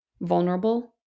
vulnerable